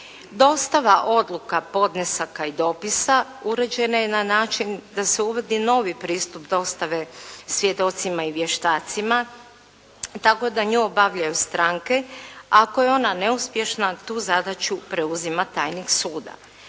Dostava odluka, podnesaka i dopisa uređena je na način da se uvodi novi pristup dostave svjedocima i vještacima tako da nju obavljaju stranke. Ako je ona neuspješna tu zadaću preuzima tajnik suda.